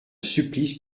supplice